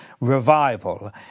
revival